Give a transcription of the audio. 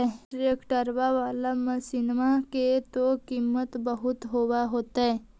ट्रैक्टरबा बाला मसिन्मा के तो किमत्बा बहुते होब होतै?